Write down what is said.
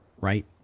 right